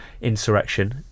Insurrection